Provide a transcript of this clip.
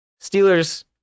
Steelers